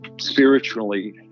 spiritually